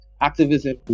activism